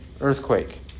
earthquake